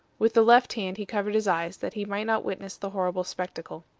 with the left hand he covered his eyes, that he might not witness the horrible spectacle.